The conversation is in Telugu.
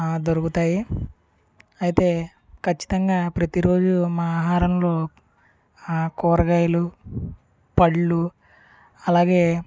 దొరుకుతాయి అయితే ఖచ్చితంగా ప్రతి రోజు మా ఆహారంలో కూరగాయలు పళ్ళు అలాగే